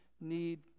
need